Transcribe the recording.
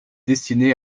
destiné